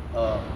oh